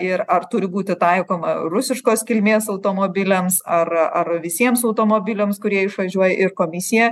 ir ar turi būti taikoma rusiškos kilmės automobiliams ar ar visiems automobiliams kurie išvažiuoja ir komisija